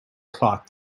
clark